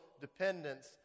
dependence